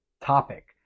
topic